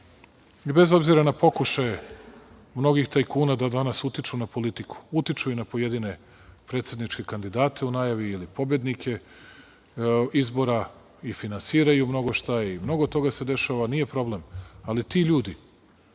i bez obzira na pokušaje mnogih tajkuna da danas utiču na politiku, utiču i na pojedine predsedničke kandidate u najavi ili pobednike izbora i finansiraju mnogo šta i mnogo toga se dešava, nije problem, ali ti ljudi